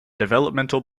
developmental